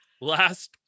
last